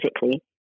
physically